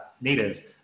native